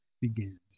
begins